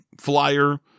flyer